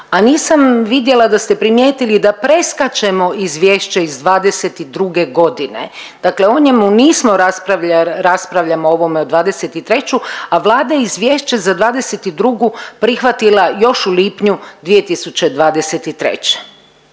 a nisam vidjela da ste primijetili da preskačemo Izvješće iz 2022. godine. Dakle, o njemu nismo raspravljamo o ovome o 2023., a Vlada je Izvješće za 2022. prihvatila još u lipnju 2023.